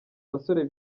basore